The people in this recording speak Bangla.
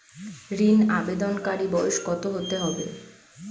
ঋন আবেদনকারী বয়স কত হতে হবে?